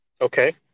Okay